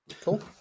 cool